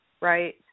right